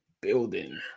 building